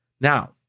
Now